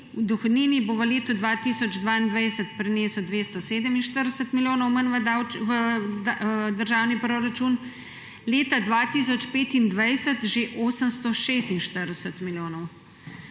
o dohodnini bo v letu 2022 prinesel 247 milijonov manj v državni proračun, leta 2025 že 846 milijonov.